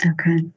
Okay